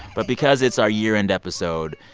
but because it's our year-end episode,